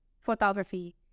photography